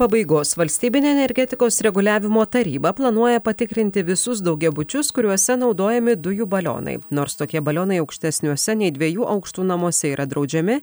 pabaigos valstybinė energetikos reguliavimo taryba planuoja patikrinti visus daugiabučius kuriuose naudojami dujų balionai nors tokie balionai aukštesniuose nei dviejų aukštų namuose yra draudžiami